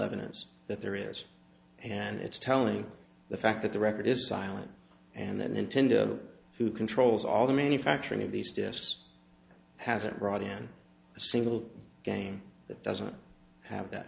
evidence that there is and it's telling the fact that the record is silent and then intended who controls all the manufacturing of these disks hasn't brought in a single game that doesn't have that